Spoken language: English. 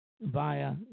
via